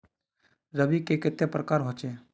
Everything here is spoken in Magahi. रवि के कते प्रकार होचे?